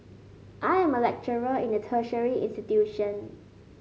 I am a lecturer in a tertiary institution